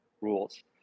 rules